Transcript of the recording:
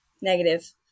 negative